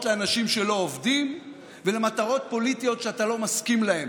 לאנשים שלא עובדים ולמטרות פוליטיות שאתה לא מסכים להן,